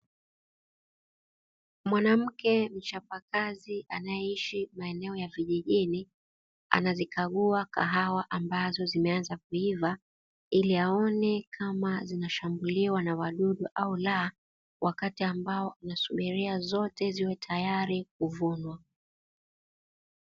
Mwanamke mchapakazi anayeishi anayeishi maeneo ya kijijini, anazikagua kahawa ambazo zimeanza kuiva, ila aone kamazinashambuliwa na wadudu au la wakat ambao zote ziwe tayari kuvunwa.